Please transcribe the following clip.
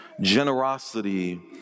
Generosity